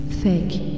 fake